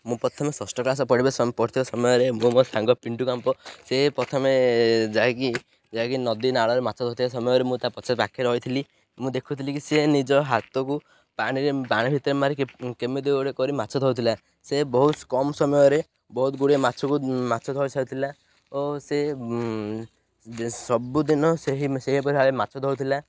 ମୁଁ ପ୍ରଥମେ ଷଷ୍ଠ କ୍ଲାସ୍ ପଢ଼ିବା ପଢ଼ୁଥିବା ସମୟରେ ମୁଁ ମୋ ସାଙ୍ଗ ପିଣ୍ଟୁ କାମ୍ପ ସେ ପ୍ରଥମେ ଯାଇକି ଯାଇକି ନଦୀ ନାଳରେ ମାଛ ଧରୁଥିବା ସମୟରେ ମୁଁ ତା' ପଛରେ ପାଖରେ ରହିଥିଲି ମୁଁ ଦେଖୁଥିଲି କି ସେ ନିଜ ହାତକୁ ପାଣିରେ ପାଣି ଭିତରେ ମାରି କେମିତି ଗୋଟେ କରି ମାଛ ଧରୁଥିଲା ସେ ବହୁତ କମ ସମୟରେ ବହୁତ ଗୁଡ଼ିଏ ମାଛକୁ ମାଛ ଧରିସାରିଥିଲା ଓ ସେ ସବୁଦିନ ସେହି ସେହିପରି ଭାବେ ମାଛ ଧରୁଥିଲା